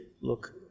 look